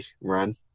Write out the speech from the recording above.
run